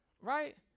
right